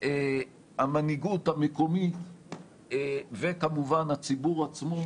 המנהיגות המקומית וכמובן הציבור עצמו